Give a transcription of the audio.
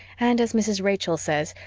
and, as mrs. rachel says,